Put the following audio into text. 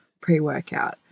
pre-workout